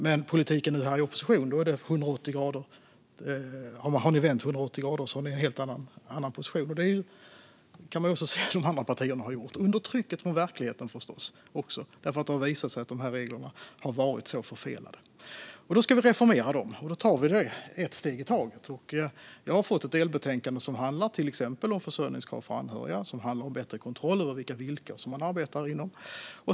Men i politiken i opposition har ni vänt 180 grader och har en helt annan position. Det kan man också se att de andra partierna har gjort, förstås under trycket från verkligheten eftersom det har visat sig att de här reglerna har varit så förfelade. Då ska vi reformera dem och gör det med ett steg i taget. Jag har fått ett delbetänkande som handlar om till exempel försörjningskrav för anhöriga och om bättre kontroll av vilka villkor man arbetar under.